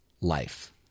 Life